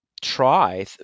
try